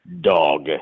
dog